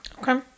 Okay